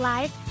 Live